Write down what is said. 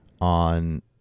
on